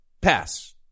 pass